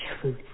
truth